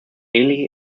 eli